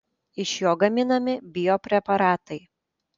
iš jo gaminami biopreparatai